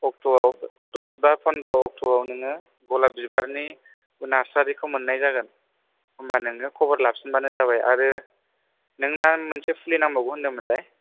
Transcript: अक्ट'आव दस बा फन्द्र' अक्ट'आव नोङो गलाब बिबारनि नारसारिखौ मोननाय जागोन होनब्ला नोङो खबर लाफिनबानो जाबाय आरो नोङो मा मोनसे फुलि नांबावगौ होदोंमोनलाय